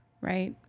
Right